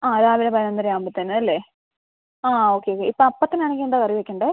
ആ രാവിലെ പതിനൊന്നര ആകുമ്പത്തേനും അല്ലേ ആ ഓക്കെ ഓക്കെ ഇപ്പം അപ്പത്തിനാണെങ്കിൽ എന്താ കറി വെക്കണ്ടത്